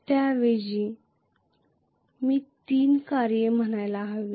त्याऐवजी मी तीन कार्ये म्हणायला हवी